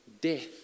Death